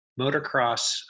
motocross